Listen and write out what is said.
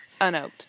Unoaked